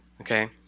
Okay